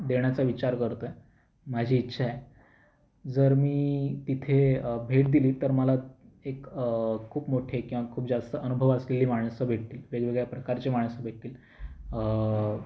देण्याचा विचार करत आहे माझी इच्छा आहे जर मी तिथे भेट दिली तर मला एक खूप मोठे किंवा खूप जास्त अनुभव असलेली माणसं भेटतील वेगवेगळ्या प्रकारचे माणसं भेटतील